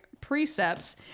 precepts